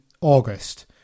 August